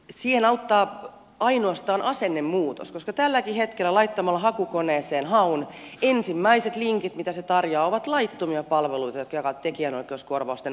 siihen auttaa ainoastaan asennemuutos koska tälläkin hetkellä kun laittaa hakukoneeseen haun ensimmäiset linkit mitä se tarjoaa ovat laittomia palveluita jotka jakavat tekijänoikeuskorvausten alaista materiaalia